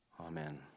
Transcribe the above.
amen